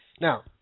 Now